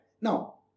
Now